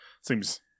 seems